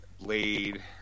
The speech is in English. Blade